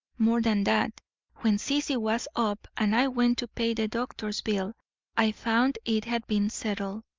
more than that when sissy was up and i went to pay the doctor's bill i found it had been settled.